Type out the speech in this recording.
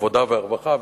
העבודה והרווחה.